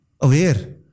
aware